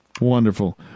Wonderful